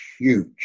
huge